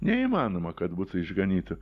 neįmanoma kad būtų išganyta